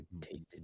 tasted